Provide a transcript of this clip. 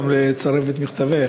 ולצרף את מכתבך,